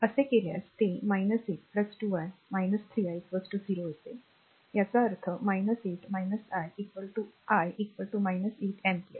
असे केल्यास ते 8 2 i 3 i 0 असेल याचा अर्थ 8 i i 8 अँपिअर